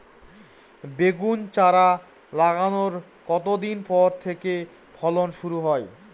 বেগুন চারা লাগানোর কতদিন পর থেকে ফলন শুরু হয়?